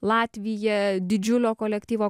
latvija didžiulio kolektyvo